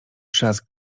trzask